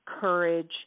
courage